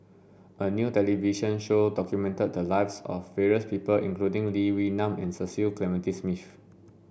a new television show documented the lives of various people including Lee Wee Nam and Cecil Clementi Smith